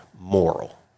moral